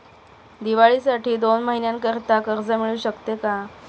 दिवाळीसाठी दोन महिन्याकरिता कर्ज मिळू शकते का?